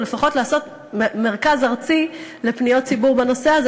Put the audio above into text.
או לפחות לעשות מרכז ארצי לפניות ציבור בנושא הזה,